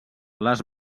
les